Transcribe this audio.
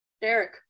Derek